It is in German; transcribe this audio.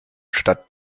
statt